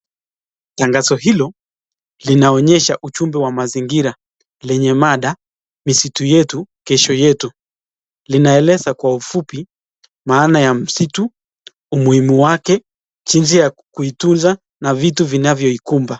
Tangazo hilo linaonyesha ujumbe wa mazingira lenye mada misitu yetu kesho yetu. Linaeleza kwa ufupi maana ya msitu, umuhimu wake, jinsi ya kuitunza na vitu vinavyoikumba.